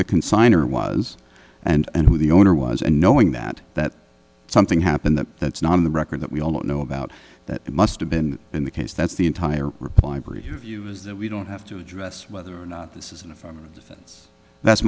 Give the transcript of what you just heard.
the consigner was and who the owner was and knowing that that something happened that that's not in the record that we don't know about that it must have been in the case that's the entire reply brief is that we don't have to address whether or not th